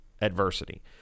adversity